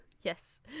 Yes